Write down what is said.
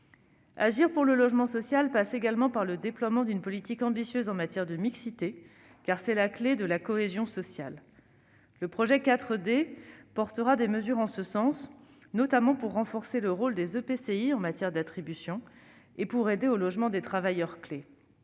Agir pour le logement social passe également par le déploiement d'une politique ambitieuse en matière de mixité, car c'est la clé de la cohésion sociale. Le projet de loi 4D portera des mesures en ce sens, notamment pour renforcer le rôle des EPCI en matière d'attribution et pour aider au logement des travailleurs clés.